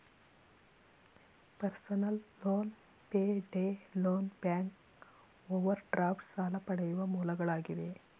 personal loan, payday loan, bank overdraft ಸಾಲ ಪಡೆಯುವ ಮೂಲಗಳಾಗಿವೆ